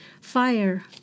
Fire